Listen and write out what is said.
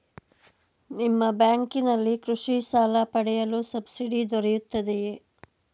ನಿಮ್ಮ ಬ್ಯಾಂಕಿನಲ್ಲಿ ಕೃಷಿ ಸಾಲ ಪಡೆಯಲು ಸಬ್ಸಿಡಿ ದೊರೆಯುತ್ತದೆಯೇ?